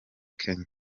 kenya